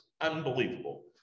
unbelievable